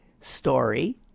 story